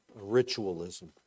ritualism